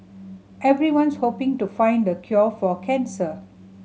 everyone's hoping to find the cure for cancer